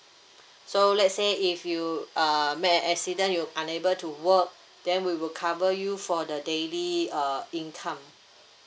so let's say if you uh met an accident you unable to work then we will cover you for the daily uh income